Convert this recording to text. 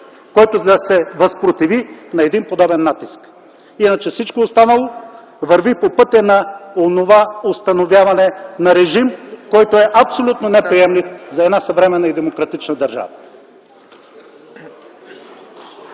който да се възпротиви на подобен натиск. Иначе всичко останало върви по пътя на онова установяване на режим, който е абсолютно неприемлив за една съвременна и демократична държава.